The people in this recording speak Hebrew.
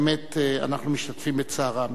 באמת אנחנו משתתפים בצערם.